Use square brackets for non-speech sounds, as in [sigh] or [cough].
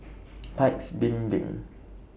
[noise] Paik's Bibim